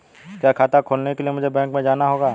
क्या खाता खोलने के लिए मुझे बैंक में जाना होगा?